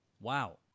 Wow